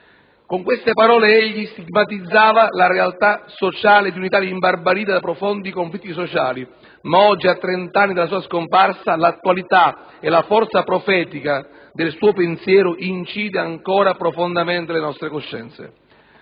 Con queste parole egli stigmatizzava la realtà sociale di un'Italia imbarbarita da profondi conflitti sociali, ma oggi, a 30 anni dalla sua scomparsa, l'attualità e la forza profetica del suo pensiero incidono ancora profondamente le nostre coscienze.